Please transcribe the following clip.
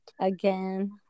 again